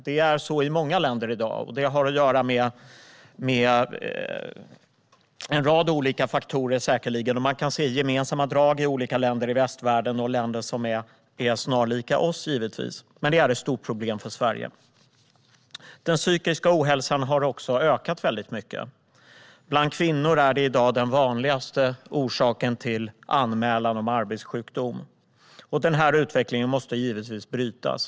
Det är så i många länder i dag. Det har säkerligen att göra med en rad olika faktorer. Man kan se gemensamma drag i olika länder i västvärlden och i länder som är snarlika vårt, givetvis. Men det är ett stort problem för Sverige. Den psykiska ohälsan har också ökat väldigt mycket. Bland kvinnor är det i dag den vanligaste orsaken till anmälan om arbetssjukdom. Den utvecklingen måste givetvis brytas.